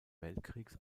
weltkriegs